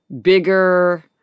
bigger